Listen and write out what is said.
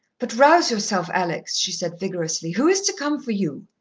but rouse yourself, alex! she said vigorously. who is to come for you?